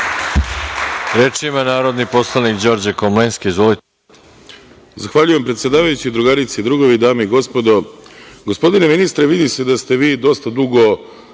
Reč ima narodni poslanik Đorđe Komlenski.